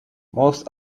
most